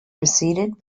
preceded